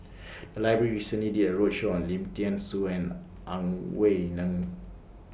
The Library recently did A roadshow on Lim Thean Soo and Ang Wei Neng